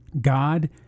God